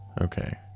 Okay